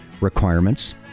requirements